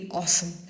awesome